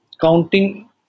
counting